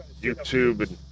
YouTube